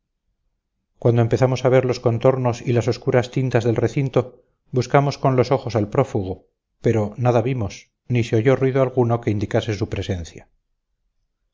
cuando empezamos a ver los contornos y las oscuras tintas del recinto buscamos con los ojos al prófugo pero nada vimos ni se oyó ruido alguno que indicase su presencia